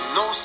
no